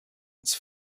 its